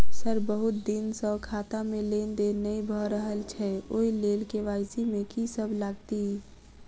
Sir बहुत दिन सऽ खाता मे लेनदेन नै भऽ रहल छैय ओई लेल के.वाई.सी मे की सब लागति ई?